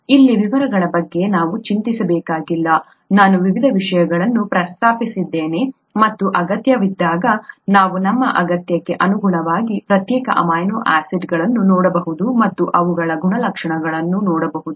ಇಲ್ಲಿ ವಿವರಗಳ ಬಗ್ಗೆ ನೀವು ಚಿಂತಿಸಬೇಕಾಗಿಲ್ಲ ನಾನು ವಿವಿಧ ವಿಷಯಗಳನ್ನು ಪ್ರಸ್ತಾಪಿಸಿದ್ದೇನೆ ಮತ್ತು ಅಗತ್ಯವಿದ್ದಾಗ ನಾವು ನಮ್ಮ ಅಗತ್ಯಕ್ಕೆ ಅನುಗುಣವಾಗಿ ಪ್ರತ್ಯೇಕ ಅಮೈನೋ ಆಸಿಡ್ಗಳನ್ನು ನೋಡಬಹುದು ಮತ್ತು ಅವುಗಳ ಗುಣಲಕ್ಷಣಗಳನ್ನು ನೋಡಬಹುದು